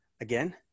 again